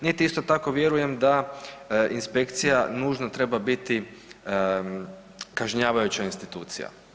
Niti isto tako vjerujem da inspekcija nužno treba biti kažnjavajuća institucija.